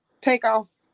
takeoff